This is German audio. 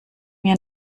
mir